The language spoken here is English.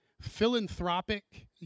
philanthropic